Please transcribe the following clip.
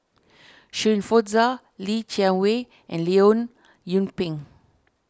Shirin Fozdar Li Jiawei and Leong Yoon Pin